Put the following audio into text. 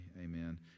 Amen